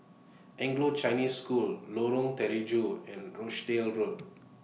Anglo Chinese School Lorong Terigu and Rochdale Road